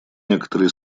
некоторые